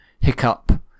Hiccup